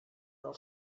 del